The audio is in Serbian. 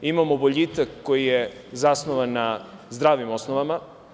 Imamo boljitak koji je zasnovan na zdravim osnovama.